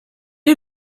est